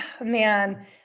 man